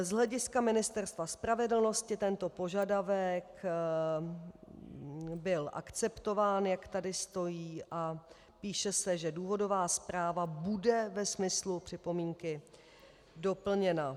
Z hlediska Ministerstva spravedlnosti tento požadavek byl akceptován, jak tady stojí, a píše se, že důvodová zpráva bude ve smyslu připomínky doplněna.